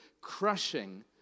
crushing